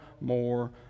more